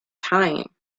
time